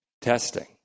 testing